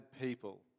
people